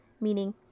meaning